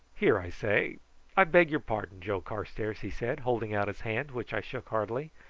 here, i say i beg your pardon, joe carstairs, he said, holding out his hand, which i shook heartily.